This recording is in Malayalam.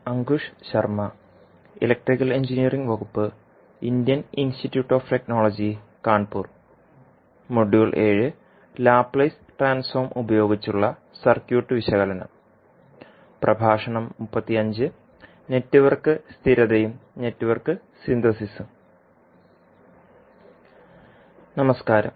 നമസ്കാരം